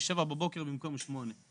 ב-07:00 בבוקר במקום ב-08:00.